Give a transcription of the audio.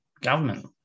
government